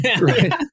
Right